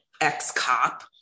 ex-cop